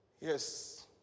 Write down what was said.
Yes